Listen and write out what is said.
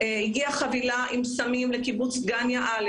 הגיעה חבילה עם סמים לקיבוץ דגניה א',